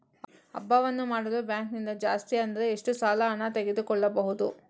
ಹಬ್ಬವನ್ನು ಮಾಡಲು ಬ್ಯಾಂಕ್ ನಿಂದ ಜಾಸ್ತಿ ಅಂದ್ರೆ ಎಷ್ಟು ಸಾಲ ಹಣ ತೆಗೆದುಕೊಳ್ಳಬಹುದು?